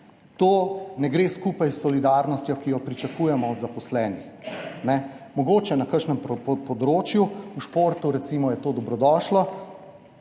To ne gre skupaj s solidarnostjo, ki jo pričakujemo od zaposlenih, mogoče na kakšnem področju, v športu je recimo to dobrodošlo,